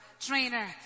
trainer